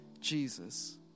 Jesus